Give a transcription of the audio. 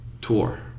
tour